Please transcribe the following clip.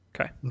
Okay